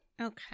Okay